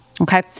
okay